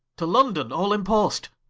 to london all in post,